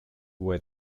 were